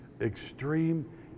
extreme